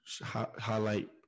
highlight